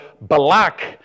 Balak